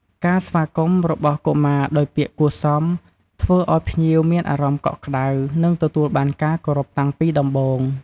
ការស្វាគមន៍របស់កុមារដោយពាក្យគួរសម ធ្វើឲ្យភ្ញៀវមានអារម្មណ៍កក់ក្តៅ និងទទួលបានការគោរពតាំងពីដំបូង។